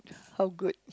how good